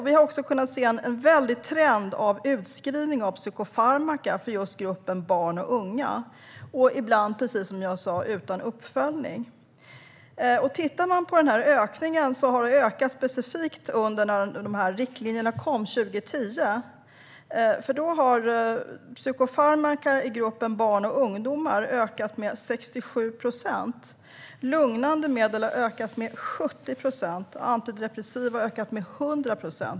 Vi har också kunnat se en trend av förskrivning av psykofarmaka för just gruppen barn och unga. Och ibland görs det som sagt utan uppföljning. Ökningen har skett specifikt sedan 2010, när riktlinjerna kom. Psykofarmaka till gruppen barn och ungdomar har ökat med 67 procent. Lugnande medel har ökat med 70 procent. Och antidepressiva har ökat med 100 procent.